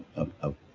of, of